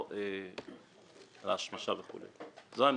זו עמדתנו.